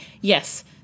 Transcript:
Yes